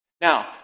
Now